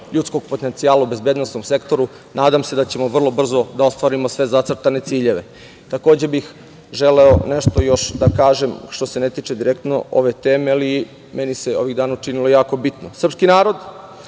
ljudskog potencijala u bezbednosnom sektoru, nadam se da ćemo vrlo brzo da ostvarimo sve zacrtane ciljeve. Nešto bih još želeo da kažem što se ne tiče direktno ove teme, ali meni se ovih dana učinilo jako bitno, srpski narod